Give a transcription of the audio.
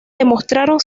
demostraron